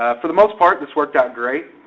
ah for the most part, this worked out great,